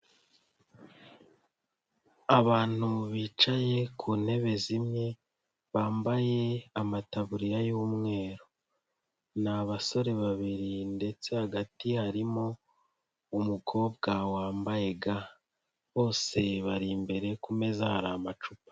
Abantu bicaye ku ntebe zimwe bambaye amataburiya y'umweru, ni abasore babiri ndetse hagati harimo umukobwa wambaye ga, bose bari imbere ku meza hari amacupa.